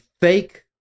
fake